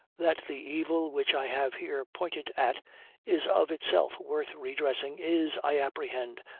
that the evil which i have here pointed at is of itself worth redressing, is, i apprehend,